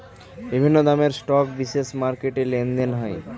বিভিন্ন দামের স্টক বিশেষ মার্কেটে লেনদেন হয়